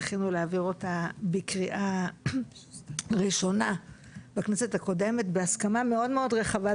זכינו להעביר אותה בקריאה ראשונה בכנסת הקודמת בהסכמה מאוד מאוד רחבה,